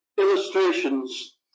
illustrations